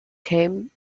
came